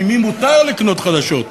ממי מותר לקנות חדשות?